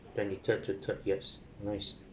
twenty-third to third yes nice